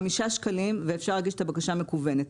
חמישה שקלים ואפשר להגיש את הבקשה מקוונת.